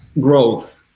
growth